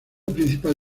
principal